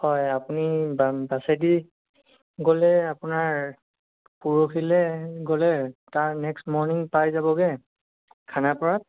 হয় আপুনি বাছেদি গ'লে আপোনাৰ পৰহিলৈ গ'লে তাৰ নেক্সট মৰ্ণিং পাই যাবগৈ খানাপাৰাত